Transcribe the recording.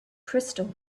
crystal